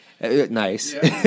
nice